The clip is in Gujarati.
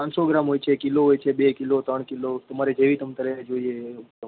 પાંચસો ગ્રામ હોય છે કિલો હોય છે બે કિલો ત્રણ કિલો તમારે જેવી તમ તારે જોઈએ એવું તમાર